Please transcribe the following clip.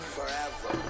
Forever